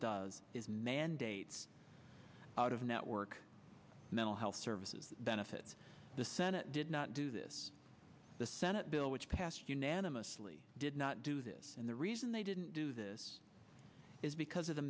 does is mandates out of network mental health services benefits the senate did not do this the senate bill which passed unanimously did not do this and the reason they didn't do this is because of the